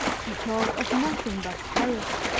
she talked of nothing but paris,